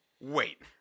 Wait